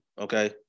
okay